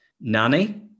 Nanny